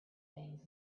things